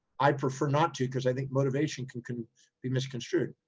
i prefer not to because i think motivation can can be misconstrued.